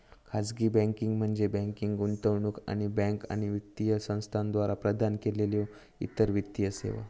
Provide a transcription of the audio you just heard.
खाजगी बँकिंग म्हणजे बँकिंग, गुंतवणूक आणि बँका आणि वित्तीय संस्थांद्वारा प्रदान केलेल्यो इतर वित्तीय सेवा